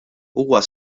huwa